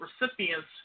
recipients